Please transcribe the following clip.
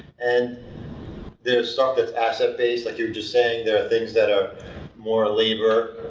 and there's stuff that's asset-based, like you were just saying. there are things that are more labor,